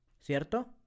Cierto